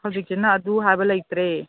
ꯍꯧꯖꯤꯛꯁꯤꯅ ꯑꯗꯨ ꯍꯥꯏꯕ ꯂꯩꯇ꯭ꯔꯦ